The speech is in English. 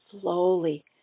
slowly